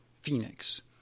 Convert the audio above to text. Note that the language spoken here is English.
Phoenix